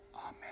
Amen